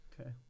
Okay